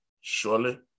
Surely